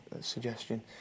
suggestion